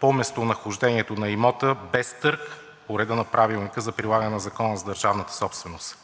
по местонахождението на имота без търг по реда на Правилника за прилагане на Закона за държавната собственост.